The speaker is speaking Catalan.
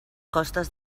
costes